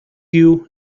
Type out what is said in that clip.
you